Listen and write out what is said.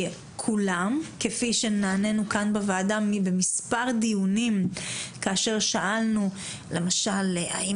כולם כפי שנענינו כאן בוועדה במספר דיונים כאשר שאלנו למשל האם